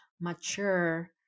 mature